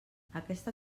aquesta